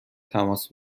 تماس